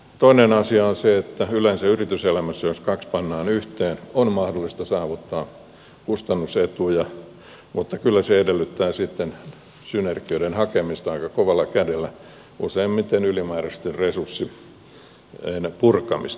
toinen asia on se että yleensä yrityselämässä jos kaksi pannaan yhteen on mahdollista saavuttaa kustannusetuja mutta kyllä se edellyttää sitten synergioiden hakemista aika kovalla kädellä useimmiten ylimääräisten resurssien purkamista